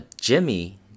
Jimmy